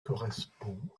correspond